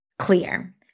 clear